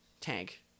tank